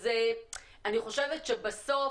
אז אני חושבת שבסוף,